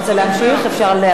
אפשר להפעיל את השעון?